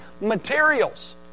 materials